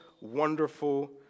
wonderful